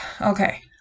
okay